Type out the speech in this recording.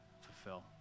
fulfill